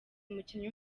umukinnyi